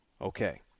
Okay